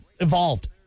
evolved